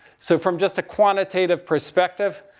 so from just a quantitative perspective,